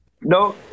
no